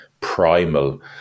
primal